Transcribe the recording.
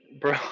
Bro